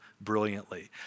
brilliantly